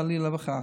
חלילה וחס.